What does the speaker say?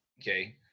Okay